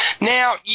Now